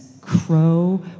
Crow